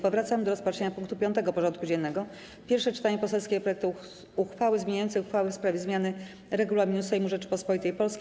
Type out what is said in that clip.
Powracamy do rozpatrzenia punktu 5. porządku dziennego: Pierwsze czytanie poselskiego projektu uchwały zmieniającej uchwałę w sprawie zmiany Regulaminu Sejmu Rzeczypospolitej Polskiej.